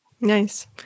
Nice